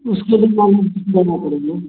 उसके लिए मान लीजिए कुछ लेना पड़ेगा